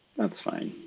that's fine,